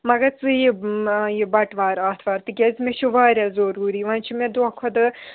مگر ژٕ یہِ یہِ بَٹوار آتھوار تِکیٛازِ مےٚ چھُ واریاہ ضروٗری وۄنۍ چھِ مےٚ دۄہ کھۄ دۄہ